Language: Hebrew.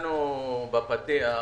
שציינו בפתיח,